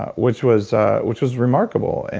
which was ah which was remarkable. and